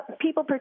people